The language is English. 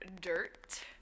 dirt